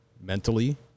mentally